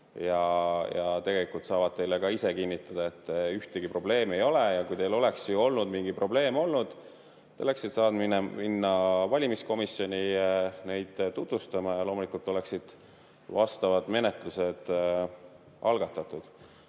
ja tegelikult saavad teile ka ise kinnitada, et ühtegi probleemi ei ole. Ja kui teil olekski olnud mingi probleem, te oleksite saanud minna valimiskomisjoni neid tutvustama ja loomulikult oleks vastavad menetlused algatatud.